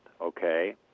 okay